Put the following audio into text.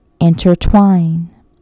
intertwine